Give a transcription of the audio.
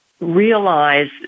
realize